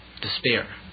despair